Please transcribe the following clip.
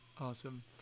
Awesome